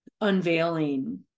unveiling